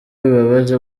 bibabaje